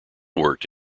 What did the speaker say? worked